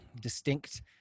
distinct